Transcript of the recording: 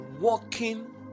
walking